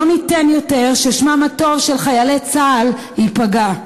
לא ניתן יותר ששמם הטוב של חיילי צה"ל ייפגע.